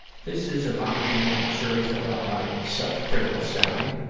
this is a body shame survey filled out by self-critical sally.